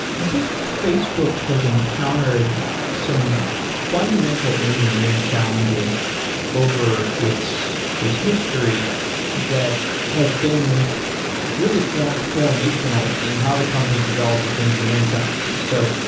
i think facebook has encountered some fundamental engineering challenges over its its history that have been really formational in how the company developed its engineering practices. so,